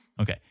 Okay